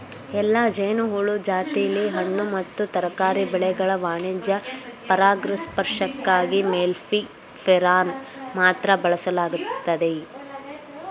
ಎಲ್ಲಾ ಜೇನುಹುಳು ಜಾತಿಲಿ ಹಣ್ಣು ಮತ್ತು ತರಕಾರಿ ಬೆಳೆಗಳ ವಾಣಿಜ್ಯ ಪರಾಗಸ್ಪರ್ಶಕ್ಕಾಗಿ ಮೆಲ್ಲಿಫೆರಾನ ಮಾತ್ರ ಬಳಸಲಾಗ್ತದೆ